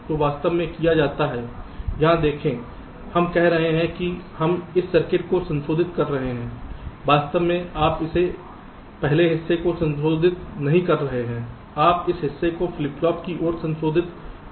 तो वास्तव में क्या किया जाता है यहां देखें हम कह रहे हैं कि हम इस सर्किट को संशोधित कर रहे हैं वास्तव में आप पहले हिस्से को संशोधित नहीं कर रहे हैं आप इस हिस्से को फ्लिप फ्लॉप की ओर संशोधित कर रहे हैं